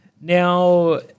Now